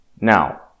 Now